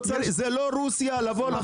זה לא רוסיה לבוא, לחתום.